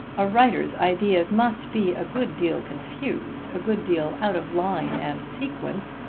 a writer's ideas must be a good deal confused, a good deal out of line and sequence,